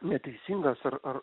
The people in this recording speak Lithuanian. neteisingas ar ar